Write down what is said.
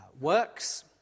works